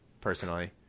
personally